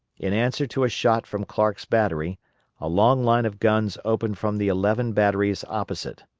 in answer to a shot from clark's battery a long line of guns opened from the eleven batteries opposite.